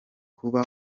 kuba